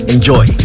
Enjoy